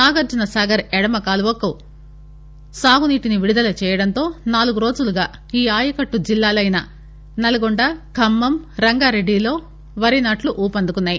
నాగార్జునసాగర్ ఎడమకాల్వకు సాగునీటిని విడుదల చేయడంతో నాలుగు రోజులుగా ఈ ఆయకట్టు జిల్లాలైన నల్లగొండ ఖమ్మం రంగారెడ్డిలో వరినాట్లు ఊపందుకున్నాయి